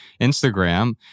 Instagram